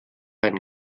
einen